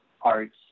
arts